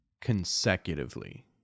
consecutively